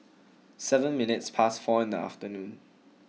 seven minutes past four in the afternoon